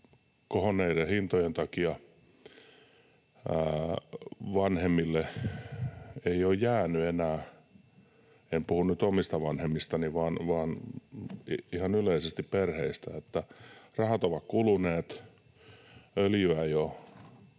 kohonneiden hintojen takia vanhemmille ei ole jäänyt enää rahaa — en puhu nyt omista vanhemmistani, vaan ihan yleisesti perheistä. Rahat ovat kuluneet, öljyä ei ole välttämättä